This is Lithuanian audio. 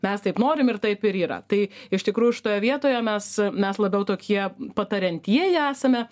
mes taip norim ir taip ir yra tai iš tikrųjų šitoje vietoje mes a mes labiau tokie patariantieji esame